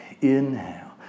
Inhale